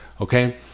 okay